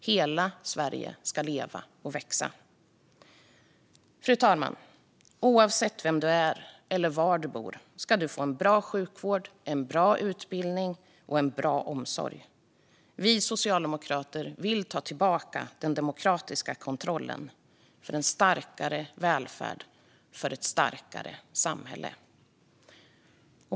Hela Sverige ska leva och växa. Fru talman! Oavsett vem du är eller var du bor ska du få en bra sjukvård, en bra utbildning och en bra omsorg. Vi socialdemokrater vill ta tillbaka den demokratiska kontrollen för en starkare välfärd och för ett starkare samhälle.